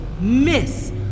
Miss